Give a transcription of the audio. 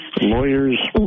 Lawyers